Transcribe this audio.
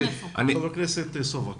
ח"כ סובה בבקשה.